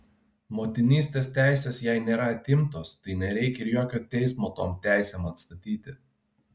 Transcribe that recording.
motinystės teisės jai nėra atimtos tai nereikia ir jokio teismo tom teisėm atstatyti